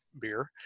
beer